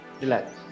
relax